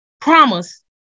Promise